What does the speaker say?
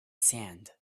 sand